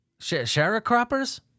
Sharecroppers